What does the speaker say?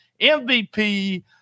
MVP